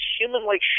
human-like